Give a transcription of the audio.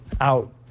out